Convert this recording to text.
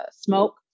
smoke